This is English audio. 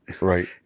right